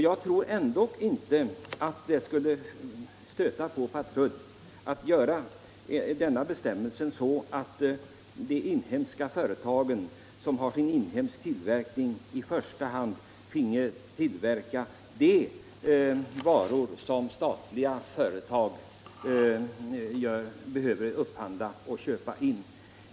Jag tror inte att det skulle stöta på patrull att ändra bestämmelserna så att de inhemska tekoföretagen i första hand fick tillverka de varor som statliga företag behöver upphandla.